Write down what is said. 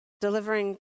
delivering